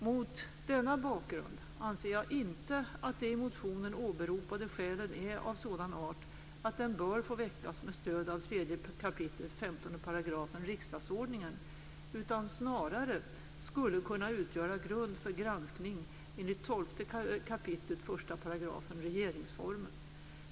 Mot denna bakgrund anser jag inte att de i motionen åberopade skälen är av sådan art att motionen bör få väckas med stöd av 3 kap. 15 § riksdagsordningen utan snarare att den skulle kunna utgöra grund för granskning enligt 12 kap. 1 § regeringsformen.